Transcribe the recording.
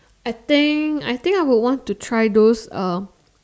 I think I think I would want to try those uh